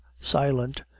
silent